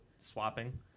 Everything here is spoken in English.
swapping